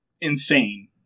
insane